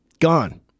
gone